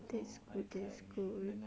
that's good that's good